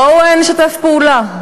בואו נשתף פעולה.